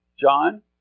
John